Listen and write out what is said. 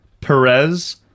Perez